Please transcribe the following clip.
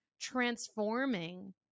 transforming